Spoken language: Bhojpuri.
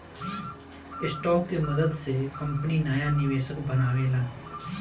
स्टॉक के मदद से कंपनी नाया निवेशक बनावेला